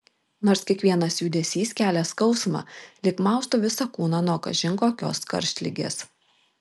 nors kiekvienas judesys kelia skausmą lyg maustų visą kūną nuo kažin kokios karštligės